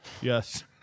Yes